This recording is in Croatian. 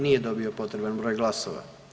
Nije dobio potreban broj glasova.